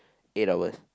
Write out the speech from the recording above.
eight hours